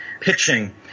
pitching –